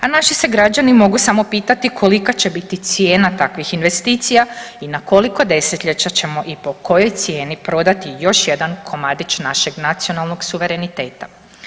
A naši se građani mogu samo pitati kolika će biti cijena takvih investicija i na koliko desetljeća ćemo i po kojoj cijeni prodati još jedan komadić našeg nacionalnog suvereniteta.